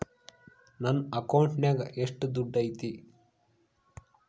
ನನ್ನ ಅಕೌಂಟಿನಾಗ ಎಷ್ಟು ದುಡ್ಡು ಐತಿ?